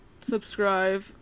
subscribe